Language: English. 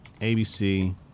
ABC